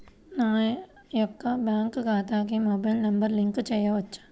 నా యొక్క బ్యాంక్ ఖాతాకి మొబైల్ నంబర్ లింక్ చేయవచ్చా?